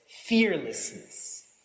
fearlessness